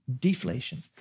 deflation